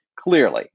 Clearly